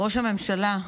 ראש הממשלה,